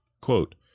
quote